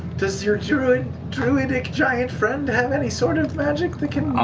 does your druidic druidic giant friend have any sort of magic that can?